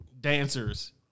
dancers